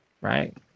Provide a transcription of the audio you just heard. right